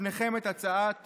בפניכם את הצעת